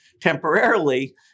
temporarily